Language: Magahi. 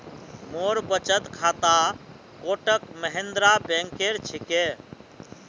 मोर बचत खाता कोटक महिंद्रा बैंकेर छिके